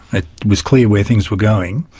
it was clear where things were going,